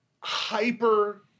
hyper